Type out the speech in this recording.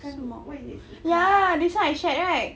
smoked ya this [one] I shared right